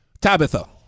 Tabitha